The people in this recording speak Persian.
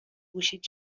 گوشیت